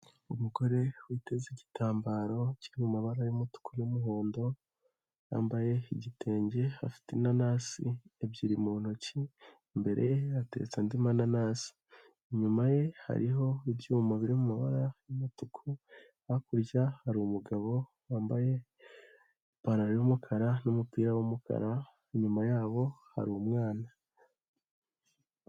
Umugore witeze igitambaro kirimo amabara y'umutuku n'umuhondo. Yambaye igitenge afite inanasi ebyiri mu ntoki, imbere hateretse andi manasi, inyuma ye hariho ibyuma birimubara y'umutuku, hakurya hari umugabo wambaye ipantaro y'umukara n'umupira w'umukara. inyuma yabo hari umwana.